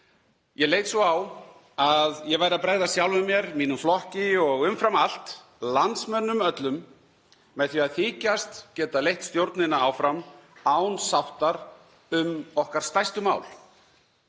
Ég leit svo á að ég væri að bregðast sjálfum mér, mínum flokki og umfram allt landsmönnum öllum með því að þykjast geta leitt stjórnina áfram án sáttar um okkar stærstu mál.